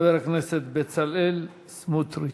חבר הכנסת בצלאל סמוטריץ.